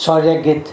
શૌર્ય ગીત